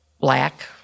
black